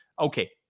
okay